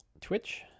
Twitch